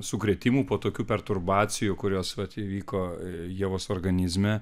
sukrėtimų po tokių perturbacijų kurios vat įvyko ievos organizme